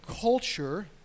culture